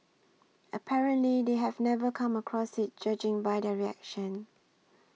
apparently they have never come across it judging by their reaction